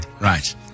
Right